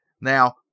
Now